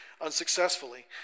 unsuccessfully